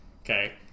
okay